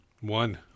One